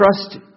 Trust